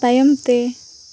ᱛᱟᱭᱚᱢᱛᱮ